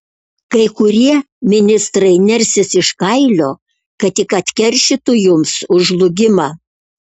kai kurie ministrai nersis iš kailio kad tik atkeršytų jums už žlugimą